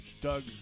Doug